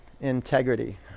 integrity